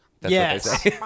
Yes